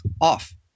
off